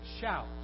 Shout